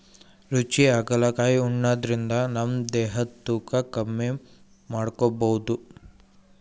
ರುಚಿ ಹಾಗಲಕಾಯಿ ಉಣಾದ್ರಿನ್ದ ನಮ್ ದೇಹದ್ದ್ ತೂಕಾ ಕಮ್ಮಿ ಮಾಡ್ಕೊಬಹುದ್